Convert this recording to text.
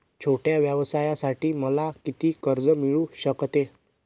छोट्या व्यवसायासाठी मला किती कर्ज मिळू शकते?